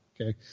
Okay